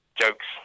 jokes